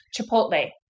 Chipotle